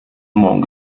monk